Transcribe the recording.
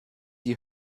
die